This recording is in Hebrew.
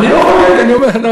אני לא חוגג, אני אומר.